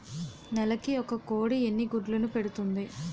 నెలకి ఒక కోడి ఎన్ని గుడ్లను పెడుతుంది?